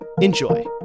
Enjoy